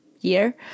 year